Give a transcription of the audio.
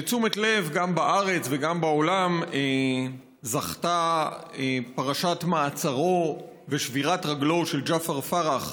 לתשומת לב גם בארץ וגם בעולם זכתה פרשת מעצרו ושבירת רגלו של ג'עפר פרח,